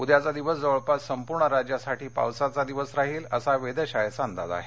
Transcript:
उद्याचा दिवस जवळपास संपूर्ण राज्यासाठी पावसाचा दिवस राहील असा वेधशाळेचा अंदाज आहे